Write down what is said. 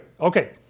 Okay